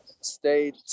state